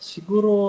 Siguro